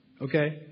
Okay